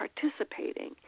participating